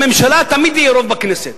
לממשלה תמיד יהיה רוב בכנסת.